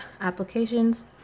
applications